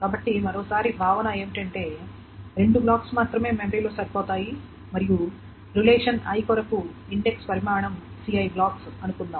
కాబట్టి మరొకసారి భావన ఏమిటంటే రెండు బ్లాక్స్ మాత్రమే మెమరీలో సరిపోతాయి మరియు రిలేషన్ i కొరకు ఇండెక్స్ పరిమాణం ci బ్లాక్స్ అనుకుందాం